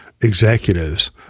executives